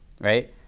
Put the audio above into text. right